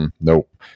Nope